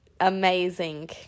amazing